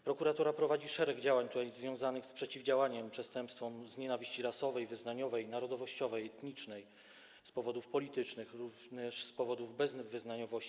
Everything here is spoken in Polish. Prokuratura prowadzi szereg działań związanych z przeciwdziałaniem przestępstwom z nienawiści rasowej, wyznaniowej, narodowościowej, etnicznej, z powodów politycznych, również z powodów bezwyznaniowości.